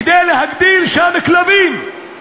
כדי לגדל שם כלבים?